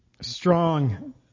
strong